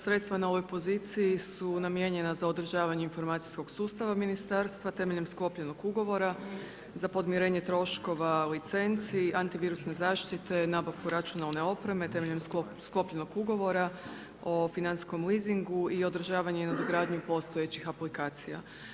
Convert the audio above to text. Sredstva na ovoj poziciji su namijenjena za održavanje informacijskog sustava ministarstva temeljem sklopljenog ugovora za podmirenje troškova licenci, antivirusne zaštite, nabavku računalne opreme temeljem sklopljenog ugovora o financijskom leasingu i održavanje i nadogradnju postojećih aplikacija.